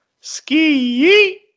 ski